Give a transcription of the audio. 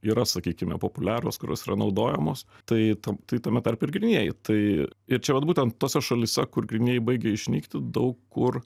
yra sakykime populiarios kurios yra naudojamos tai tam tame tarpe ir grynieji tai ir čia vat būtent tose šalyse kur grynieji baigia išnykti daug kur